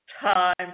time